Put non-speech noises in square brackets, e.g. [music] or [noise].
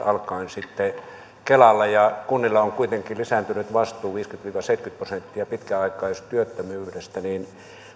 [unintelligible] alkaen sitten kelalle ja kunnilla on on kuitenkin lisääntynyt vastuu viisikymmentä viiva seitsemänkymmentä prosenttia pitkäaikaistyöttömyydestä niin